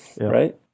Right